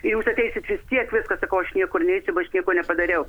jūs ateisit vistiek viskas sakau aš niekur neisiu aš nieko nepadariau